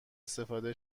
استفاده